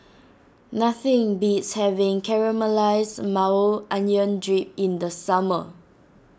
nothing beats having Caramelized Maui Onion Dip in the summer